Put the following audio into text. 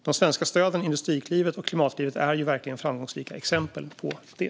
De svenska stöden Industriklivet och Klimatklivet är verkligen framgångsrika exempel på det.